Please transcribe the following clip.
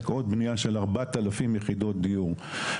כרגע בנייה של עוד 4,000 יחידות דיור.